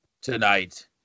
tonight